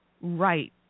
right